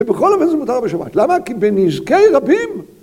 ובכל אופן זה מותר בשבת. למה? כי בנזקי רבים.